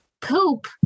poop